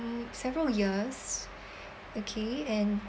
um several years okay and